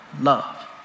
love